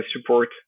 support